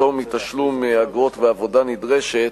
פטור מתשלום אגרות ועבודה נדרשת,